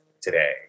today